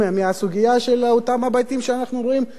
אותם הבתים שאנחנו רואים שמשתלטים עליהם יום ולילה,